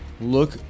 look